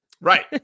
right